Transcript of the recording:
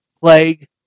plague